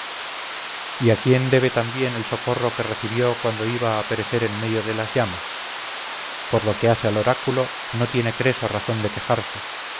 y a quién debe también el socorro que recibió cuando iba a perecer en medio de las llamas por lo que hace al oráculo no tiene creso razón de quejarse